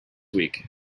week